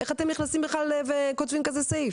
איך אתם נכנסים בכלל וכותבים כזה סעיף?